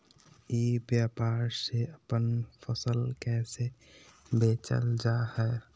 ई व्यापार से अपन फसल कैसे बेचल जा हाय?